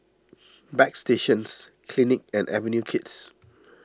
Bagstationz Clinique and Avenue Kids